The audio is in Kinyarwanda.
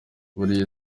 buri